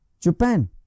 Japan